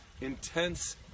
intense